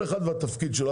כל אחד והתפקיד שלו.